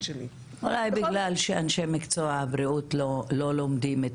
אולי בגלל שאנשי מקצוע הבריאות לא לומדים את